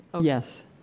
Yes